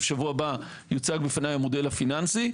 ובשבוע הבא יוצג בפניי המודל הפיננסי.